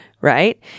right